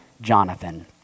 Jonathan